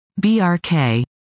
BRK